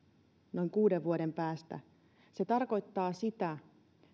noin kuuden vuoden päästä se tarkoittaa sitä